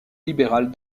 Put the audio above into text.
libéral